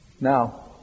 Now